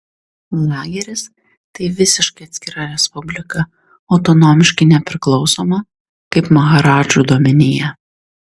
lageris tai visiškai atskira respublika autonomiškai nepriklausoma kaip maharadžų dominija